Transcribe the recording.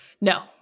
No